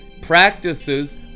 practices